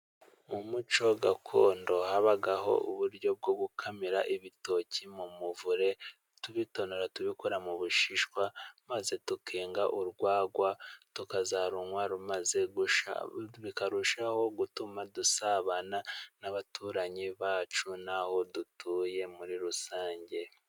Mu muco gakondo habagaho uburyo bwo gukamira ibitoki mu muvure, tubitonora tubikura mu bishishwa, maze tukenga urwagwa. Tukazarunywa rumaze gushya, bikarushaho gutuma dusabana n'abaturanyi bacu n'aho dutuye muri rusange.